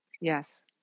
Yes